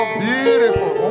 beautiful